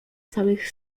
całych